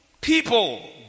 people